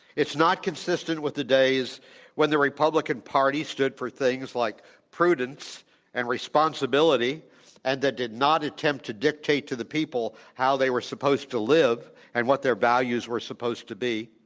it's not consistent with the days when the republican party stood for things like prudence and responsibility and they did not attempt to dictate to the people how they were supposed to live and what their values were supposed to be.